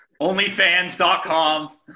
OnlyFans.com